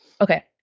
Okay